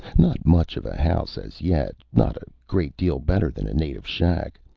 not much of a house as yet. not a great deal better than a native shack.